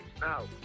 now